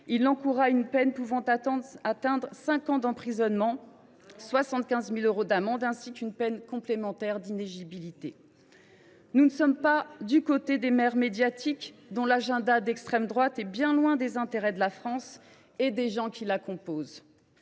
il encourra une peine pouvant atteindre cinq ans d’emprisonnement et 75 000 euros d’amende, ainsi qu’une peine complémentaire d’inéligibilité. Nous ne sommes pas du côté des maires médiatiques dont l’agenda d’extrême droite est bien loin des intérêts de la France et des gens qui la composent.